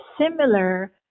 similar